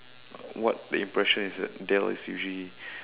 what the impression is that Dell is usually